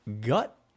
gut